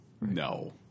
No